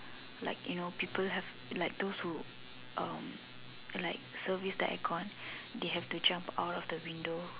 like you know people have like those who um like service the air con they have to jump out of the window